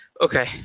Okay